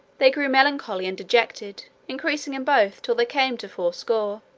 they grew melancholy and dejected, increasing in both till they came to fourscore.